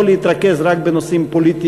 לא להתרכז כל הזמן רק בנושאים פוליטיים-מדיניים.